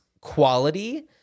quality